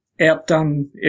outdone